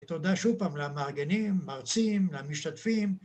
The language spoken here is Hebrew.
תודה שוב פעם למארגנים, מרצים, למשתתפים.